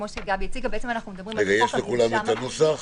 יש לכולם הנוסח?